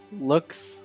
looks